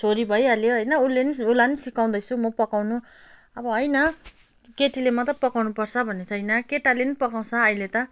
छोरी भइहाल्यो होइन उसले नि उसलाई नि सिकाउँदैछु म पकाउनु अब होइन केटीले मात्रै पकाउनु पर्छ भन्ने छैन केटाले नि पकाउँछ अहिले त